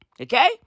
Okay